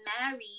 married